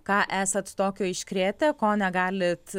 ką esat tokio iškrėtę ko negalit